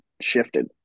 shifted